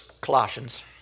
Colossians